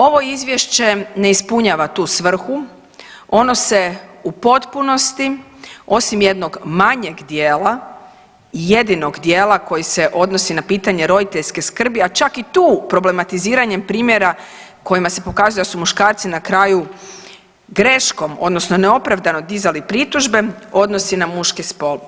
Ovo izvješće ne ispunjava tu svrhu, ono se u potpunosti osim jednog manjeg dijela, jedinog dijela koji se odnosi na pitanje roditeljske skrbi, a čak i tu problematiziranjem primjera kojima se pokazuje da su muškarci na kraju greškom odnosno neopravdano dizali pritužbe odnosi na muški spol.